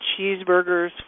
cheeseburgers